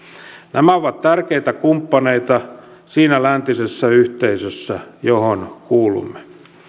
nämä ovat tärkeitä kumppaneita siinä läntisessä yhteisössä johon kuulumme